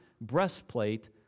breastplate